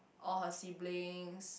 all her siblings